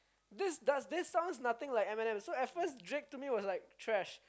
this does this sound nothing like Eminem so at first Drake told me it was like trash